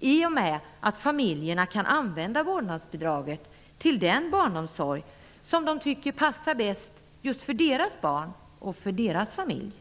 i och med att familjerna kan använda vårdnadsbidraget till den barnomsorg som de tycker passar bäst för just deras barn och familj.